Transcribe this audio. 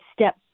step